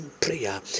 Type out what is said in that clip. prayer